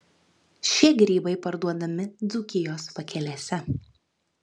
šie grybai parduodami dzūkijos pakelėse